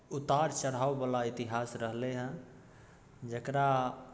उतार चढ़ाववला इतिहास रहलैए जकरा